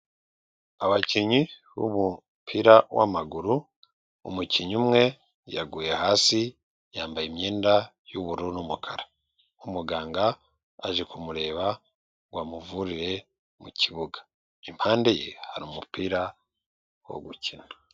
Abakinnyi b'umupira w'amaguru umukinnyi umwe yaguye hasi yambaye imyenda y'ubururu n'umukara, umuganga aje kumureba ngo amuvurire mu kibuga impande ye hari umupira wo gukina.